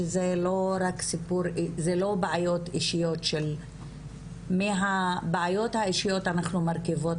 שזה לא בעיות אישיות של מהבעיות האישיות אנחנו מרכיבות